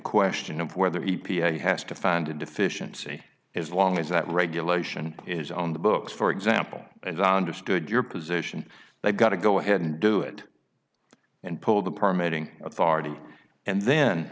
question of whether e p a has to find a deficiency as long as that regulation is on the books for example as i understood your position they've got to go ahead and do it and pull the permeating authority and then